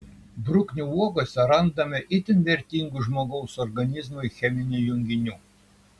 bruknių uogose randama itin vertingų žmogaus organizmui cheminių junginių